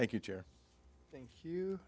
thank you thank you